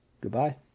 Goodbye